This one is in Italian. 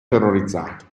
terrorizzato